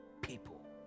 people